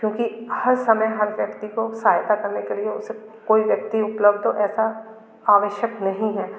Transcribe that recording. क्योंकि हर समय हर व्यक्ति को सहायता करने के लिए उसे कोई व्यक्ति उपलब्ध हो ऐसा आवश्यक नहीं है